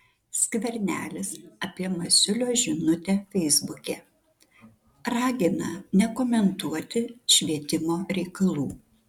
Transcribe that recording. skvernelis apie masiulio žinutę feisbuke ragina nekomentuoti švietimo reikalų